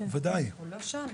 הוא לא שאל.